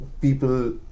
people